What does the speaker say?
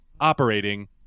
operating